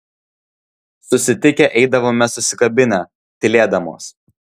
susitikę eidavome susikabinę tylėdamos